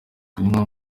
kunywa